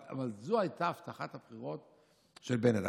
אבל זו הייתה הבטחת הבחירות של בנט.